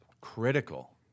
critical